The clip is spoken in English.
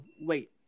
wait